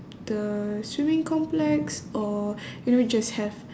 the swimming complex or you know just have